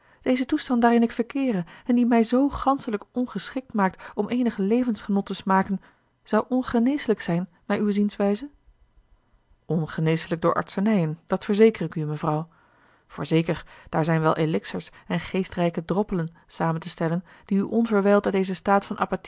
deze toestand daarin ik verkeere en die mij zoo ganschelijk ongeschikt maakt om eenig levensgenot te smaken zou ongeneeslijk zijn naar uwe zienswijze ongeneeslijk door artsenijen dat verzeker ik u mevrouw voorzeker daar zijn wel elixirs en geestrijke droppelen samen te stellen die u onverwijld uit dezen staat van